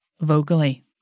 vocally